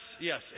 Yes